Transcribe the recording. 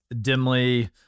dimly